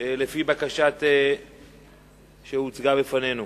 לפי הבקשה שהוצגה בפנינו.